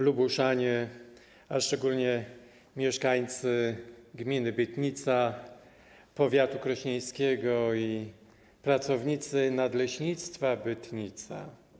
Lubużanie, a szczególnie mieszkańcy gminy Bytnica, powiatu krośnieńskiego i pracownicy Nadleśnictwa Bytnica!